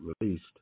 released